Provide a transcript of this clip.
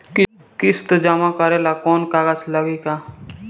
किस्त जमा करे ला कौनो कागज लागी का?